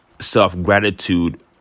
self-gratitude